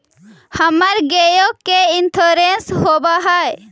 हमर गेयो के इंश्योरेंस होव है?